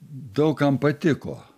daug kam patiko